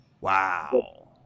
wow